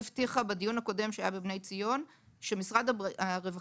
בדיון הקודם שהיה על בני ציון סיגל הבטיחה שמשרד הרווחה,